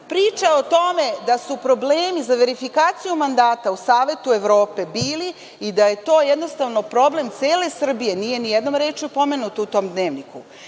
SNS.Priča o tome da su problemi za verifikaciju mandata u Savetu Evrope bili i da je to jednostavno problem cele Srbije nije nijednom rečju pomenuta u tom Dnevniku.